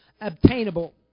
obtainable